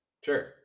Sure